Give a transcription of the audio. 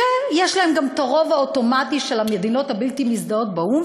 ויש להם גם הרוב האוטומטי של המדינות הבלתי-מזדהות באו"ם,